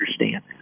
understand